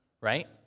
Right